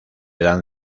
dan